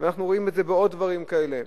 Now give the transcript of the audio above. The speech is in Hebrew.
ואנחנו רואים את זה בעוד דברים כאלה.